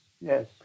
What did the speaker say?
Yes